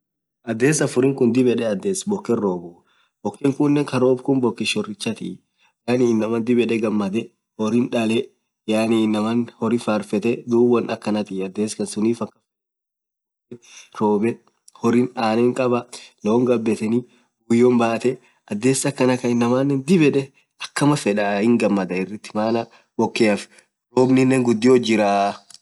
adhes afurin khun adhes dhib yed booken roobu boken kunen Kaa rob Kun bokee shorichaati yaani inamaan dhib yed gamadhe horri dhalee yaani inamaan hori farfethee dhub won akhanathi adhes akhan sunnif akhan fedheni robbe hori anen khabaa looon gabetheni buyyon bathee adhes akhana khan inamaa dhib yed akamaa fedhaa hingamadha irthii maana bokeaf robnin gudhio jirah